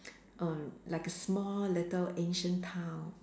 err like a small little ancient town